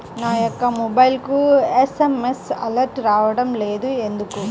నా మొబైల్కు SMS alerts రావడం లేదు ఎందుకు?